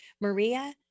Maria